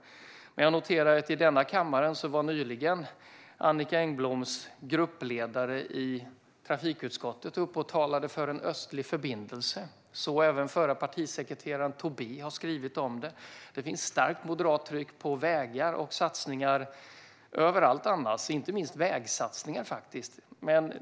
Jag noterar att Annicka Engbloms gruppledare i trafikutskottet nyligen var i denna kammare och talade för en östlig förbindelse. Även den förre partisekreteraren Tomas Tobé har skrivit om detta. Det finns ett starkt moderat tryck på satsningar överallt, inte minst på vägsatsningar.